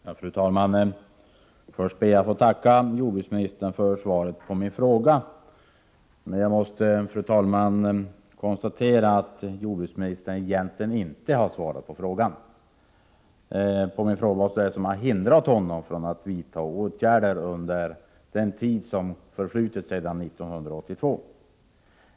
Fru talman! Till att börja med ber jag att få tacka jordbruksministern för svaret på min fråga. Men jag måste, fru talman, konstatera att jordbruksministern egentligen inte har svarat på min fråga om vad som har hindrat honom från att vidta åtgärder under den tid som har förflutit sedan 1982.